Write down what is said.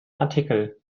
artikel